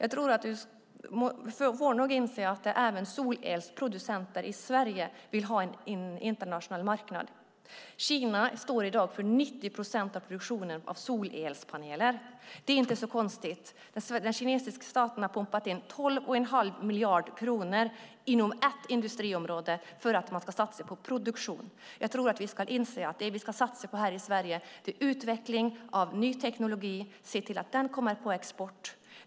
Du får nog inse att även solelsproducenter i Sverige vill ha en internationell marknad. Kina står i dag för 90 procent av produktionen av solelspaneler. Det är inte så konstigt. Den kinesiska staten har pumpat in 12 1⁄2 miljard kronor i ett industriområde för att satsa på produktion. Vi ska nog inse att det vi ska satsa på här i Sverige är utveckling av ny teknologi och se till att den kommer på export.